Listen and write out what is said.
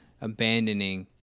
abandoning